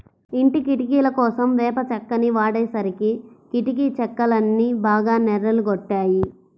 ఇంటి కిటికీలకోసం వేప చెక్కని వాడేసరికి కిటికీ చెక్కలన్నీ బాగా నెర్రలు గొట్టాయి